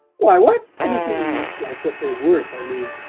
why, what anything like what they're worth, i mean.